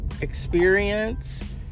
experience